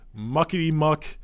muckety-muck